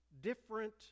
different